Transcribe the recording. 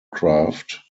craft